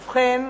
ובכן,